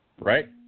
Right